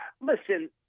listen